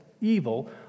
evil